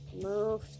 move